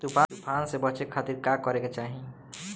तूफान से बचे खातिर का करे के चाहीं?